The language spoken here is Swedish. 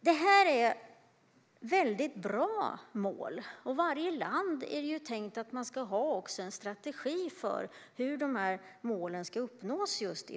Det här är väldigt bra mål, och det är tänkt att varje land ska ha en strategi för hur de ska uppnås.